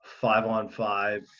five-on-five